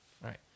Right